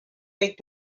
back